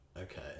okay